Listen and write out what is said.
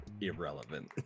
irrelevant